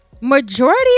majority